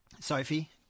Sophie